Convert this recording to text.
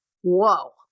Whoa